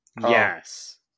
Yes